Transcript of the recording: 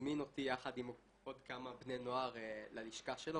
הזמין אותי יחד עם עוד כמה בני נוער ללשכה שלו.